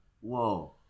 Whoa